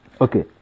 okay